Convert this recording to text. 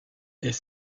est